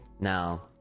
now